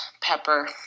pepper